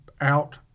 out